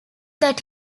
that